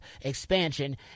expansion